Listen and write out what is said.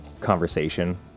conversation